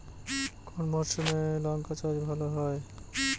কোন মরশুমে লঙ্কা চাষ ভালো হয়?